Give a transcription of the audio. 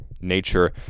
nature